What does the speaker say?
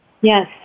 Yes